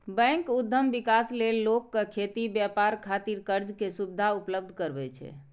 bank उद्यम विकास लेल लोक कें खेती, व्यापार खातिर कर्ज के सुविधा उपलब्ध करबै छै